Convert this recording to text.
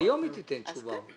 היום היא תיתן תשובה.